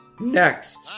next